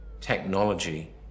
technology